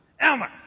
Elmer